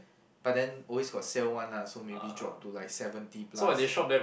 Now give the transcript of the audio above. but then always got sale one lah so maybe drop to like seventy plus